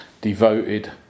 devoted